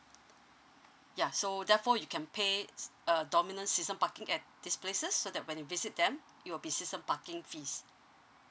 ya so therefore you can pay a dominant season parking at these places so that when you visit them it will be system parking fees